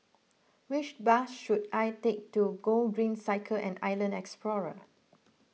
which bus should I take to Gogreen Cycle and Island Explorer